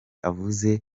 avuze